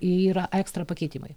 yra ekstra pakeitimai